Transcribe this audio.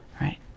right